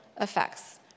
effects